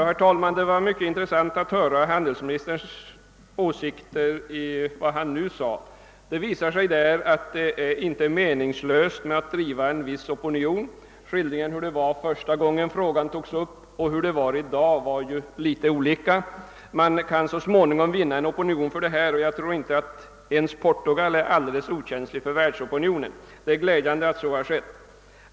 Herr talman! Det var mycket intressant att höra handelsministern framlägga sina åsikter. Det visar sig att det inte är meningslöst att skapa en viss opinion. Hans skildring av hur det var första gången frågan togs upp och skildringen av hur det är i dag var litet olika. Man kan så småningom vinna en opinion, och jag tror inte att Portugal är alldeles okänsligt för världsopinionen. Det är glädjande att denna förmodan visat sig vara riktig.